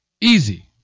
Easy